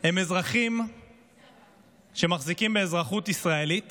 הוא אזרחים שמחזיקים באזרחות ישראלית